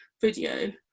video